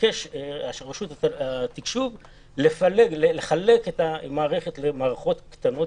רשות התקשוב ביקשה לחלק את המערכת למערכות קטנות